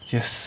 Yes